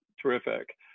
terrific